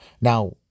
Now